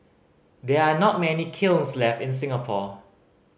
there are not many kilns left in Singapore